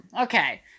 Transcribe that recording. okay